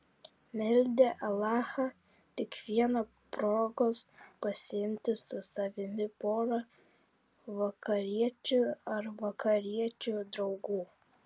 meldė alachą tik vieno progos pasiimti su savimi porą vakariečių ar vakariečių draugų